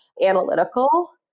analytical